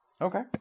Okay